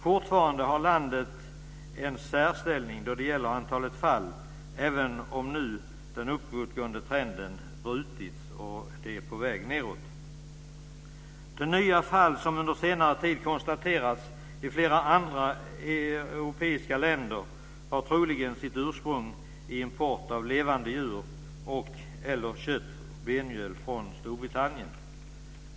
Fortfarande har landet en särställning då det gäller antalet fall, även om den uppåtgående trenden nu har brutits och antalet fall minskar. De nya fall som under senare tid konstaterats i flera andra europeiska länder har troligen sitt ursprung i import av levande djur och/eller kött och benmjöl från Storbritannien.